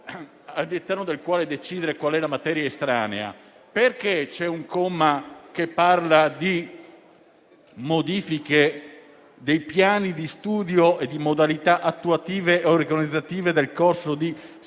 perché c'è un comma che parla di modifiche dei piani di studio e di modalità attuative e organizzative del corso di specializzazione